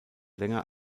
länger